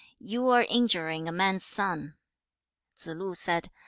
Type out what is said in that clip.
you are injuring a man's son three. tsze-lu said,